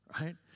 right